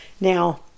Now